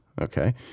okay